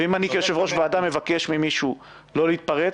אם אני כיושב ראש ועדה מבקש ממישהו לא להתפרץ